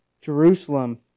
Jerusalem